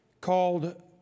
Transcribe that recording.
called